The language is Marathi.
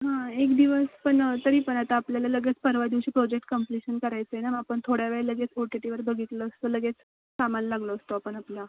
हां एक दिवस पण तरी पण आता आपल्याला लगेच परवा दिवशी प्रोजेक्ट कम्प्लीशन करायचं आहे ना मग आपण थोड्या वेळ लगेच ओ टी टीवर बघितलं असतं लगेच कामाला लागलो असतो आपण आपला